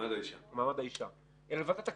למעמד האישה אלא לוועדת הכספים.